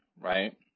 right